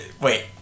Wait